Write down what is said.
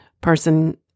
person